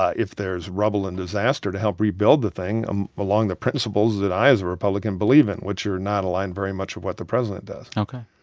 ah if there's rubble and disaster, to help rebuild the thing um along the principles that i, as a republican, believe in, which are not aligned very much with what the president does ok.